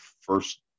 first